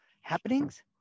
happenings